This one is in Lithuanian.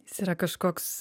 jis yra kažkoks